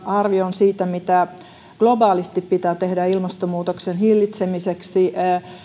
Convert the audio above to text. arvion siitä mitä globaalisti pitää tehdä ilmastonmuutoksen hillitsemiseksi